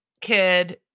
kid